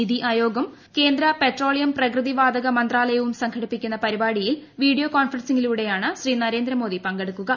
നിതി ആയോഗും കേന്ദ്ര പെട്രോളിയം പ്രകൃതി വാത്രക് മന്ത്രാലയവും സംഘടിപ്പിക്കുന്ന പരിപാടിയിൽ വീഡിയോട്ടുകോൺഫറൻസിംഗിലൂടെയാണ് ശ്രീ നരേന്ദ്ര മോദി പങ്കെടു്ക്കുക